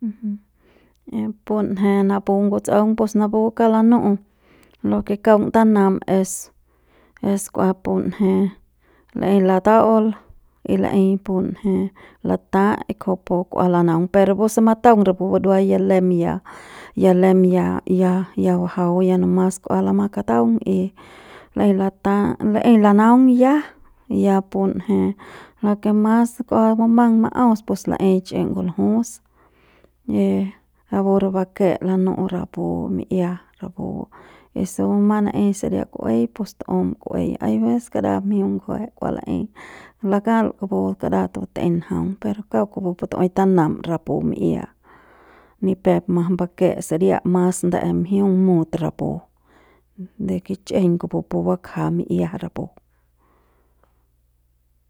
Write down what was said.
Punje napu nguts'aung pus napu kauk lanu'u lo ke kauk tanam es es kua punje laei lataul y laei punje lata' kujupu kua lanaung pero rapu se mataung rapu ya burua lem ya, ya lem ya ya bajau ya nomas k'ua lama kataung y laei lata laei lanaung y ya, y ya punje lo ke mas kua bumang la'aus pues laei chi'i nguljus y rapu re bake lanu'u rapu rapu mi'ia rapu y si bumang n'ei saria ku'uei pus tu'um ku'uei aives kara mjiung ngjue kua laei lakal kupu kara batei njaung per kauk kupu tu'uei tanam rapu mi'ia ni pep mas mbake saria mas ndae mjiung mut rapu de kich'iji kupu pu bakja mi'ia rapu.